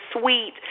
sweet